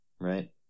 right